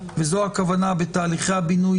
וזאת הכוונה בתהליכי הבינוי,